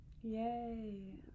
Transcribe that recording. Yay